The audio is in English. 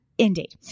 Indeed